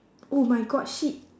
oh my god shit